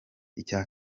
icya